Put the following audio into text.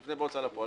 תפנה בהוצאה לפועל,